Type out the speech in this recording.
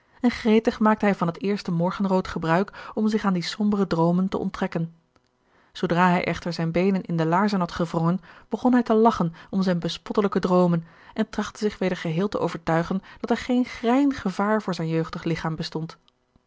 en gretig maakte hij van het eerste morgenrood gebruik om zich aan die sombere droomen te onttrekken zoodra hij echter zijne beenen in de laarzen had gewrongen begon hij te lagchen om zijne bespottelijke droomen en trachtte zich weder geheel te overtuigen dat er geen grein gevaar voor zijn jeugdig ligchaam bestond